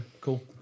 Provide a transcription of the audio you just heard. Cool